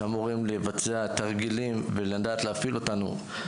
שאמורים לבצע תרגילים ולדעת להפעיל אותנו,